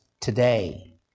Today